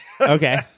Okay